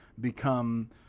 become